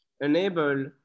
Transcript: enable